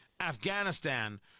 Afghanistan